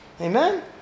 Amen